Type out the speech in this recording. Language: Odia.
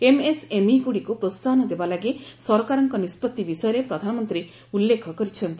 ଏମ୍ ଏସ୍ ଏମ୍ଇଗୁଡ଼ିକୁ ପ୍ରୋହାହନ ଦେବା ଲାଗି ସରକାରଙ୍କ ନିଷ୍ପତି ବିଷୟରେ ପ୍ରଧାନମନ୍ତ୍ରୀ ଉଲ୍ଲେଖ କରିଛନ୍ତି